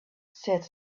said